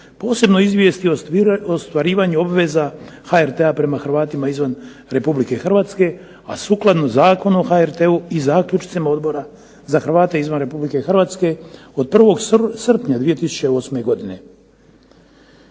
posebno izvijesti o ostvarivanju obveza HRT-a prema Hrvatima izvan Republike Hrvatske, a sukladno Zakon o HRT-u i zaključcima Odbora za Hrvate izvan Republike Hrvatske od 1. srpnja 2008. godine.